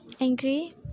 angry